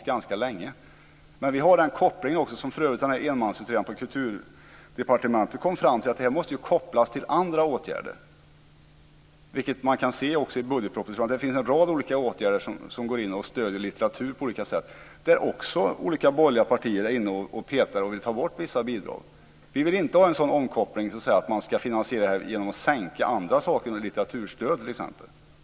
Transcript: Vi menar att det här måste kopplas till andra åtgärder - samma koppling som för övrigt ensamutredaren på Kulturdepartementet har kommit fram till. I budgetpropositionen kan man se exempel på en rad olika åtgärder för att på olika sätt stödja litteraturen men där olika borgerliga partier är inne och petar och vill ta bort vissa bidrag. Vi vill inte ha en omkoppling av det slaget att man ska finansiera det här genom sänkningar i andra avseenden, t.ex. när det gäller litteraturstöd.